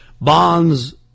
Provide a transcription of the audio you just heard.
bonds